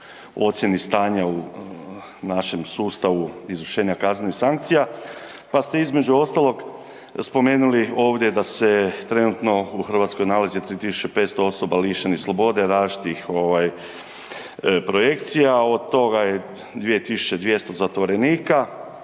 ocijeni stanja u našem sustavu izvršenja kaznenih sankcija, pa ste između ostalog spomenuli ovdje da se trenutno u Hrvatskoj nalazi 3500 osoba lišenih slobode različitih ovaj projekcija, od toga je 2200 zatvorenika,